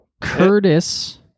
Curtis